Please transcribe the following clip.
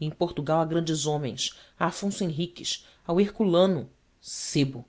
e em portugal há grandes homens há afonso henriques há o herculano sebo